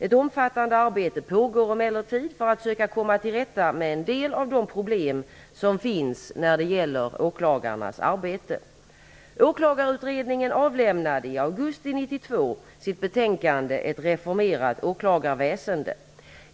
Ett omfattande arbete pågår emellertid för att söka komma till rätta med en del av de problem som finns när det gäller åklagarnas arbete. Åklagarutredningen avlämnade i augusti 1992 sitt betänkande Ett reformerat åklagarväsende.